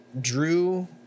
drew